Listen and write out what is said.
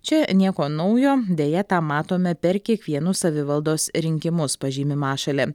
čia nieko naujo deja tą matome per kiekvienus savivaldos rinkimus pažymi mašalė